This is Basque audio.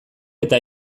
eta